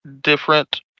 different